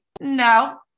No